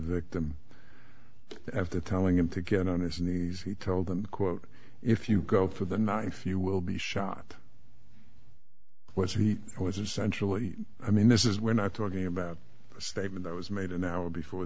victim of the telling him to get on his knees he told them quote if you go for the knife you will be sharp what he was essentially i mean this is we're not talking about a statement that was made an hour before